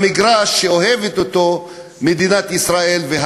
למגרש שמדינת ישראל אוהבת,